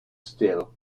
still